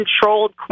controlled